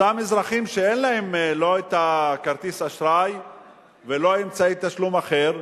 אותם אזרחים שאין להם לא כרטיס אשראי ולא אמצעי תשלום אחר,